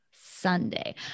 Sunday